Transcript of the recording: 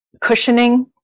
cushioning